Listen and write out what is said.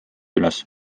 üles